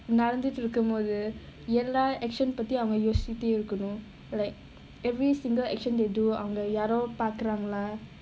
நடந்துட்டு இருக்கும் போது எல்லா:nadanthuttu irukkum pothu ellaa action பத்தியும் அவங்க யோசிச்சிட்டே இருக்கணும்:pathiyum avanga yosichittu irukkanum like every single action they do அவங்க யாரோ பாக்குறாங்களா:avanga yaaro paakkuraangalaa